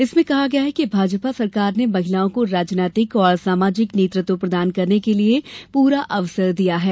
इसमें कहा गया है कि भाजपा सरकार ने महिलाओं को राजनैतिक और सामाजिक नेतृत्व प्रदान करने के लिए पूरा अवसर दिया है